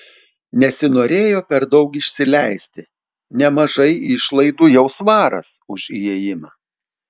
nesinorėjo per daug išsileisti nemažai išlaidų jau svaras už įėjimą